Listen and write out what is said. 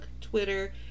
Twitter